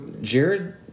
Jared